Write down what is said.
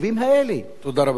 תודה רבה, אדוני.